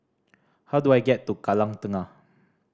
how do I get to Kallang Tengah